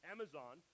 Amazon